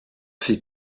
sie